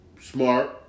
Smart